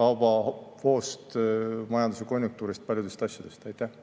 kaubavoost, majanduse konjunktuurist ja paljudest asjadest. Aitäh!